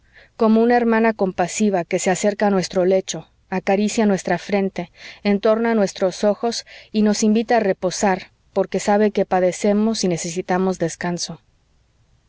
como una hermana compasiva que se acerca a nuestro lecho acaricia nuestra frente entorna nuestros ojos y nos invita a reposar porque sabe que padecemos y necesitamos descanso